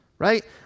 Right